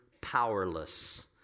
powerless